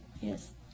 Yes